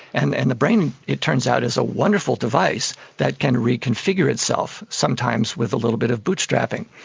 and and the brain, it turns out, is a wonderful device that can reconfigure itself, sometimes with little bit of bootstrapping.